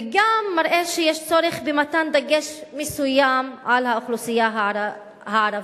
וגם מראה שיש צורך במתן דגש מסוים על האוכלוסייה הערבית,